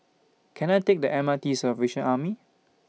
Can I Take The M R T to The Salvation Army